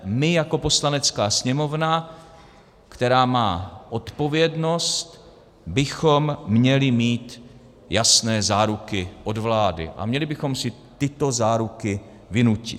My jako Poslanecká sněmovna, která má odpovědnost, bychom měli mít jasné záruky od vlády a měli bychom si tyto záruky vynutit.